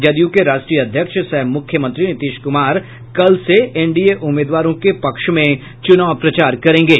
जदयू के राष्ट्रीय अध्यक्ष सह मुख्यमंत्री नीतीश कुमार कल से एनडीए उम्मीदवारों के पक्ष में चुनाव प्रचार करेंगे